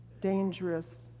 dangerous